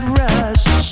rush